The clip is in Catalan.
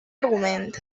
argument